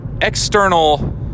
external